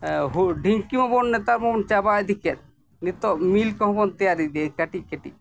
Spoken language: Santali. ᱰᱷᱤᱝᱠᱤ ᱦᱚᱸ ᱵᱚᱱ ᱱᱮᱛᱟᱨ ᱢᱟᱵᱚᱱ ᱪᱟᱵᱟ ᱤᱫᱤ ᱠᱮᱫ ᱱᱤᱛᱚᱜ ᱢᱤᱞ ᱠᱚᱦᱚᱸ ᱵᱚᱱ ᱛᱮᱭᱟᱨ ᱤᱫᱤᱭᱟ ᱠᱟᱹᱴᱤᱡ ᱠᱟᱹᱴᱤᱡ